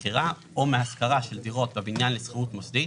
מכירה) או מהשכרה של דירות בבניין לשכירת מוסדית